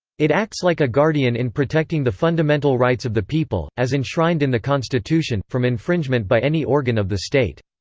it acts like a guardian in protecting the fundamental rights of the people, as enshrined in the constitution, from infringement by any organ of the state.